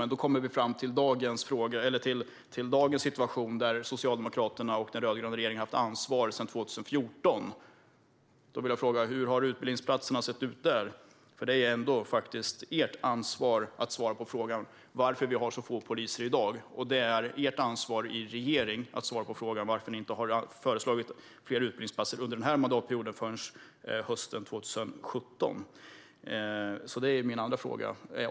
Men då kommer vi till dagens situation, där Socialdemokraterna och den rödgröna regeringen har haft ansvaret sedan 2014. Då vill jag fråga: Hur har utbildningsplatserna sett ut där? Det är faktiskt ert ansvar att svara på frågan varför vi har så få poliser i dag, och det är ert ansvar i regeringen att svara på frågan varför ni inte föreslog fler utbildningsplatser under den här mandatperioden förrän hösten 2017. Det är min andra fråga.